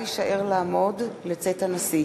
נא לשבת.